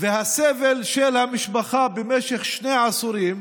והסבל של המשפחה במשך שני עשורים,